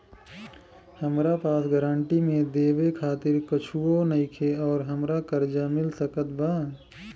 हमरा पास गारंटी मे देवे खातिर कुछूओ नईखे और हमरा कर्जा मिल सकत बा?